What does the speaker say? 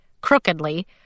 crookedly